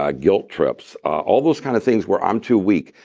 ah guilt trips, all those kind of things where i'm too weak.